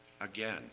Again